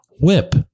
whip